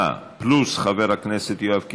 68 פלוס חבר הכנסת יואב קיש,